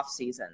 offseason